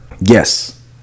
Yes